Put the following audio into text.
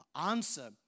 answer